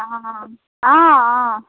অঁ